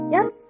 Yes